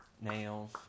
Nails